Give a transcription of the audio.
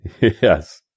Yes